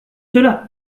cela